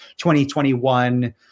2021